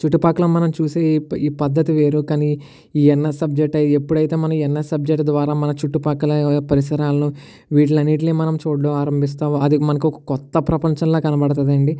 చుట్టుపక్కల మనం చూసే ఈ ప ఈ పద్ధతి వేరు కానీ ఎన్ఎస్ సబ్జెక్ట్ ఎప్పుడయితే మనం ఎన్ఎస్ సబ్జెక్ట్ ద్వారా మన చుట్టుపక్కల పరిసరాలను వీటిని అన్నిటిని మనం చూడటం ఆరంభిస్తాం అది మనకు ఒక కొత్త ప్రపంచంలా కనపడుతుంది అండి